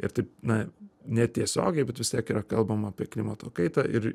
ir taip na netiesiogiai bet vis tiek yra kalbama apie klimato kaitą ir